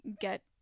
get